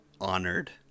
honored